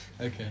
Okay